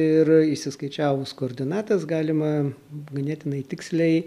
ir išsiskaičiavus koordinates galima ganėtinai tiksliai